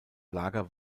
lager